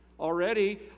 Already